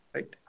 Right